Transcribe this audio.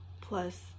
plus